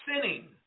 sinning